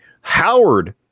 Howard